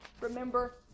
Remember